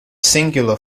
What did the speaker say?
singular